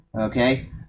Okay